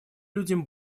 людям